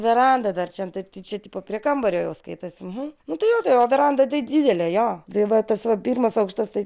veranda dar čia taip tai čia tipo prie kambario jau skaitosi nu tai jo veranda didelė jo tai va tas va pirmas aukštas tai